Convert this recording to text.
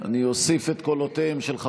4 נתקבלו.